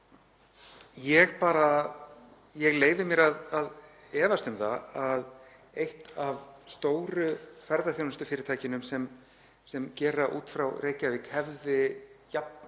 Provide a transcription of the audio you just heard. Ég leyfi mér að efast um það að eitt af stóru ferðaþjónustufyrirtækjunum sem gera út frá Reykjavík hefði jafn